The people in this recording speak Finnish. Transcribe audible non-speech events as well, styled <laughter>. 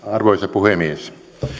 <unintelligible> arvoisa puhemies